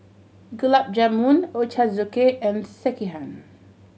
Gulab Jamun Ochazuke and Sekihan